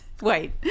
wait